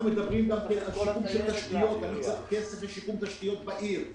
אנחנו מדברים על שיקום תשתיות ואני צריך כסף לשיקום תשתיות בעיר,